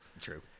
True